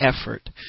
effort